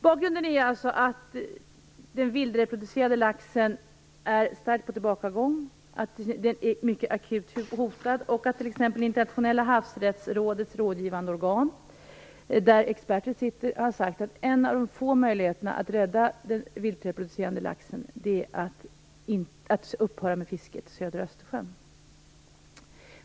Bakgrunden är alltså att den vildreproducerande laxen är starkt på tillbakagång, att den är mycket akut hotad och att t.ex. det internationella havsrättsrådets rådgivande organ, där experter sitter, har sagt att en av de få möjligheterna att rädda den vildreproducerande laxen är att upphöra med fisket i södra Östersjön.